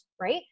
right